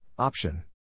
Option